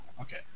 Okay